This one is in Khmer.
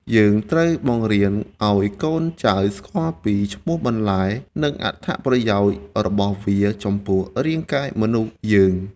យើងត្រូវបង្រៀនឱ្យកូនចៅស្គាល់ពីឈ្មោះបន្លែ និងអត្ថប្រយោជន៍របស់វាចំពោះរាងកាយមនុស្សយើង។